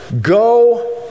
go